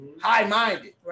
high-minded